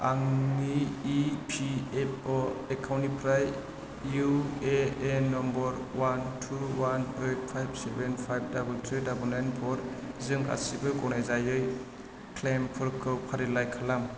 आंनि इपिएफअ' एकाउन्टनिफ्राय UAN number one two one eight five seven five double three double nine फरजों गासिबो गनायजायै क्लेइमफोरखौ फारिलाइ खालाम